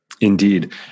Indeed